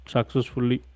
Successfully